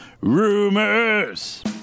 Rumors